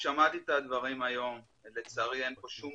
לציבור כי אני אומר לכם שלא המציאו,